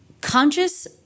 conscious